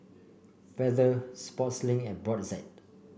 Feather Sportslink and Brotzeit